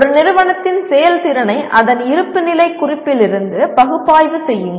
ஒரு நிறுவனத்தின் செயல்திறனை அதன் இருப்புநிலைக் குறிப்பிலிருந்து பகுப்பாய்வு செய்யுங்கள்